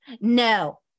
No